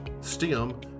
STEM